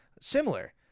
similar